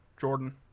Jordan